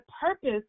purpose